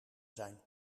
zijn